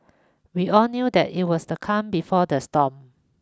we all knew that it was the calm before the storm